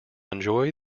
enjoy